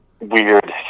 weird